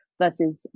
versus